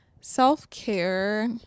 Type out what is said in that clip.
self-care